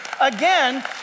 again